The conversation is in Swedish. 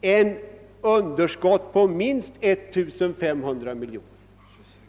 ett underskott på minst 1500 miljoner.